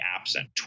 absent